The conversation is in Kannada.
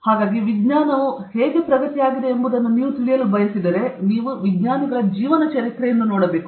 ಹಾಗಾಗಿ ವಿಜ್ಞಾನವು ಹೇಗೆ ಪ್ರಗತಿಯಾಗಿದೆ ಎಂಬುದನ್ನು ನೀವು ತಿಳಿಯಲು ಬಯಸಿದರೆ ನೀವು ವಿಜ್ಞಾನಿಗಳ ಜೀವನ ಚರಿತ್ರೆಯನ್ನು ನೋಡಬೇಕು